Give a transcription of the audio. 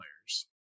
players